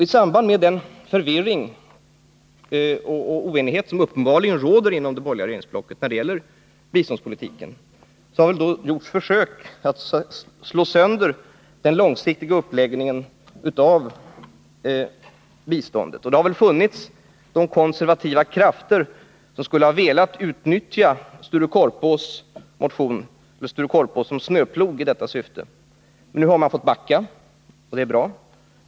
I samband med den förvirring och oenighet om biståndspolitiken som uppenbarligen råder inom det borgerliga regeringsblocket har försök gjort att slå sönder den långsiktiga uppläggningen av biståndet. Det har väl funnits konservativa krafter som skulle ha velat utnyttja Sture Korpås och hans motion som snöplog i detta syfte. Nu har man fått backa, och det är bra.